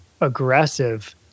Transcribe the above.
aggressive